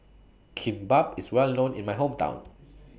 Kimbap IS Well known in My Hometown